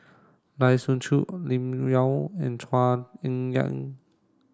Lai Siu Chiu Lim Yau and Chua Ek Kay